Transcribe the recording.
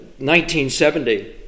1970